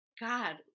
God